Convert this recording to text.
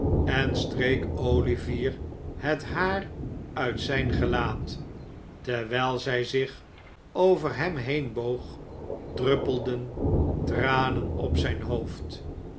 en streek olivier het haar uit zijn gelaat terwijl zij zich over hem heen boog druppelden tranen op zijn hoofd